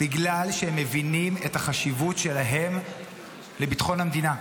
בגלל שהם מבינים את החשיבות שלהם לביטחון מדינה.